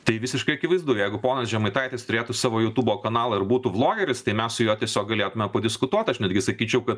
tai visiškai akivaizdu jeigu ponas žemaitaitis turėtų savo jutubo kanalą ir būtų vlogeris tai mes su juo tiesiog galėtume padiskutuot aš netgi sakyčiau kad